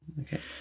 okay